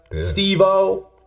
Steve-O